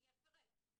אני אפרט.